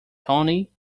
tony